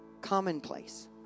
commonplace